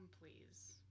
Please